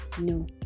No